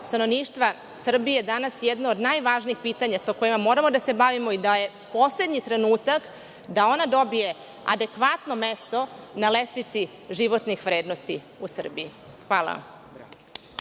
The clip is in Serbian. stanovništva Srbije, danas jedna od najvažnijih pitanja sa čime treba da se bavimo i da je poslednji trenutak da ona dobije adekvatno mesto na lestvici u Srbiji. Hvala.